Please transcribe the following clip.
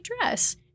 dress